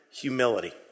humility